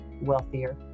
wealthier